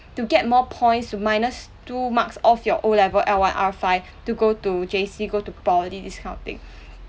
to get more points to minus two marks off your O level L one R to go to J_C go to poly this kind of thing